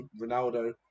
Ronaldo